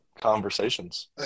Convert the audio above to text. conversations